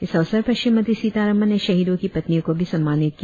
इस अवसर पर श्रीमती सीतारामन ने शहीदों की पत्नियों को भी सम्मानित किया